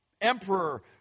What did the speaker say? emperor